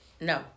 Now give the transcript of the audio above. no